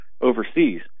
overseas